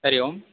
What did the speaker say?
हरिः ओं